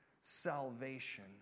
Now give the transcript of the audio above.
salvation